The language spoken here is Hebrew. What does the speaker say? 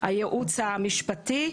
הייעוץ המשפטי,